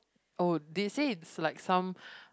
oh they say it's like some